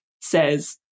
says